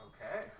Okay